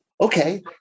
okay